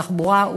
בתחום התחבורה,